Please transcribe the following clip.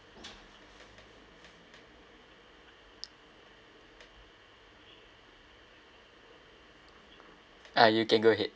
ah you can go ahead